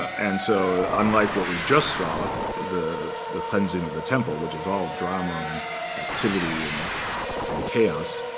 and so unlike what we just saw, the the cleansing of the temple, which is all drama and activity and and chaos,